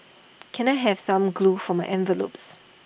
can I have some glue for my envelopes